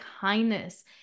kindness